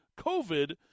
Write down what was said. COVID